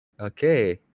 Okay